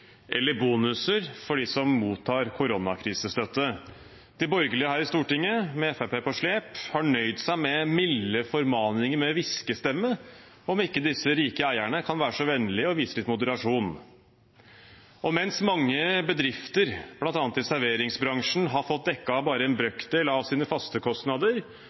eller bonuser for dem som mottar koronakrisestøtte. De borgerlige her i Stortinget, med Fremskrittspartiet på slep, har nøyd seg med milde formaninger med hviskestemme, om ikke disse rike eierne kan være så vennlige å vise litt moderasjon. Og mens mange bedrifter bl.a. i serveringsbransjen har fått dekket bare en brøkdel av sine faste kostnader,